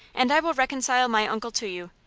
and i will reconcile my uncle to you.